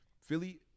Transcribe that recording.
Philly